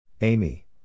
Amy